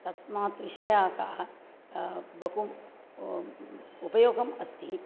तस्मात् विषयाः बहु उपयोगम् अस्ति